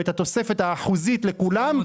את התוספת האחוזית לכולם,